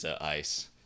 ice